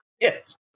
Yes